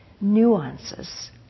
nuances